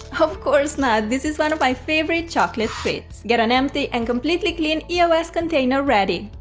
of course not! this is one of my favorite chocolate treats! get an empty and completely clean eos container ready.